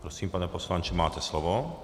Prosím, pane poslanče, máte slovo.